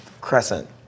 crescent